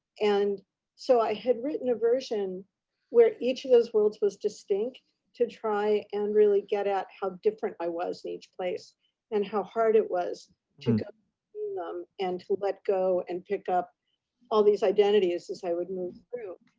and so i had written a version where each of those worlds was distinct to try and really get at how different i was in each place and how hard it was to go um and to let but go and pick up all these identities as i would move through.